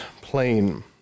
plain